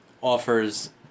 offers